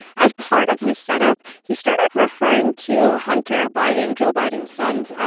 as part of his setup, he started referring to hunter biden, joe biden's son's,